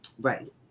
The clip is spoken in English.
Right